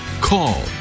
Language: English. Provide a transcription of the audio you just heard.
call